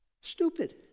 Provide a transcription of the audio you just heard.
Stupid